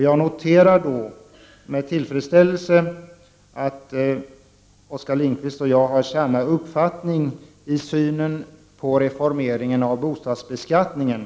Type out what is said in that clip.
Jag noterar då med tillfredsställelse att Oskar Lindkvist och jag har samma uppfattning i synen på reformeringen av bostadsbeskattningen.